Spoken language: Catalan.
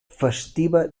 festiva